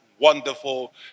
wonderful